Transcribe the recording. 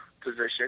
position